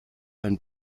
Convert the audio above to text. ein